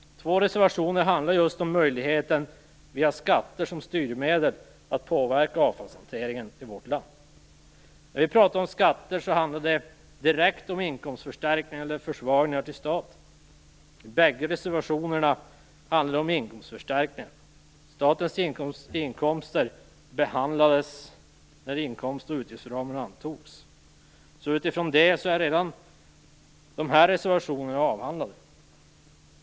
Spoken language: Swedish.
Två reservationer handlar just om möjligheten att påverka avfallshanteringen i vårt land med skatter som styrmedel. När vi pratar om skatter handlar det direkt om inkomstförstärkningar eller inkomstförsvagningar för staten. I bägge reservationerna handlar det om inkomstförstärkningar. Frågan om statens inkomster behandlades när inkomst och utgiftsramen antogs. Utifrån det är dessa reservationer redan avhandlade.